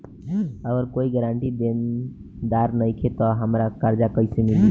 अगर कोई गारंटी देनदार नईखे त हमरा कर्जा कैसे मिली?